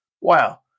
Wow